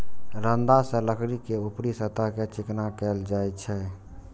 रंदा सं लकड़ी के ऊपरी सतह कें चिकना कैल जाइ छै